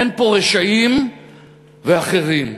אין פה רשעים ואחרים.